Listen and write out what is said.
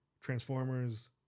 transformers